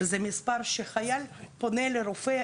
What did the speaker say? זה מספר שחייל פונה לרופא.